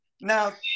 Now